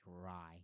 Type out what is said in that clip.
dry